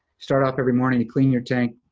start off every morning clean your tank,